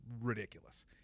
ridiculous